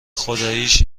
خداییش